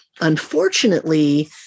Unfortunately